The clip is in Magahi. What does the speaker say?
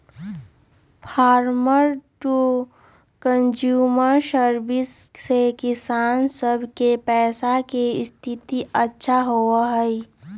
फार्मर टू कंज्यूमर सर्विस से किसान सब के पैसा के स्थिति अच्छा होबा हई